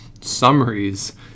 summaries